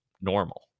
normal